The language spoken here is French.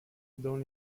dans